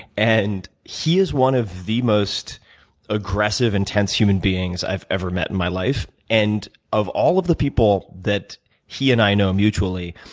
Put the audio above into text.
and he is one of the most aggressive, intense human beings i've ever met in my life and of all of the people that he and i know mutually,